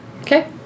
Okay